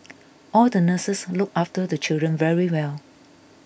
all the nurses look after the children very well